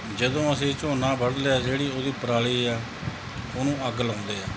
ਜਦੋਂ ਅਸੀਂ ਝੋਨਾ ਵੱਢ ਲਿਆ ਜਿਹੜੀ ਉਹਦੀ ਪਰਾਲੀ ਆ ਉਹਨੂੰ ਅੱਗ ਲਾਉਂਦੇ ਆ